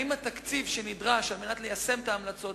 האם התקציב שנדרש כדי ליישם את ההמלצות